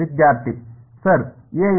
ವಿದ್ಯಾರ್ಥಿ sir a ಇದೆ